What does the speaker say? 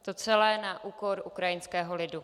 To celé na úkor ukrajinského lidu.